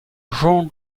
jean